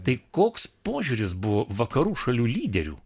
tai koks požiūris buvo vakarų šalių lyderių